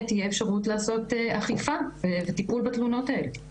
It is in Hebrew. תהיה אפשרות לעשות אכיפה וטיפול בתלונות האלה.